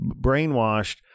brainwashed